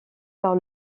par